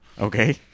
Okay